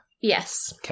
Yes